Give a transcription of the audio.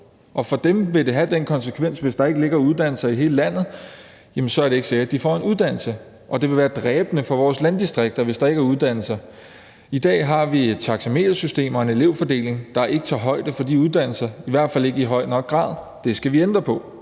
Og for dem vil det have den konsekvens, at det ikke er sikkert, at de får en uddannelse, hvis der ikke ligger uddannelser i hele landet. Det vil være dræbende for vores landdistrikter, hvis der ikke er uddannelser. I dag har vi et taxametersystem og en elevfordeling, der ikke tager højde for situationen med de uddannelser, i hvert fald ikke i høj nok grad. Det skal vi ændre på.